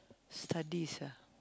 studies ah